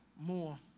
more